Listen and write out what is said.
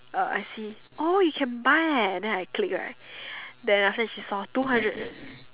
uh I see oh you can buy eh then I click right then after that she saw two hundred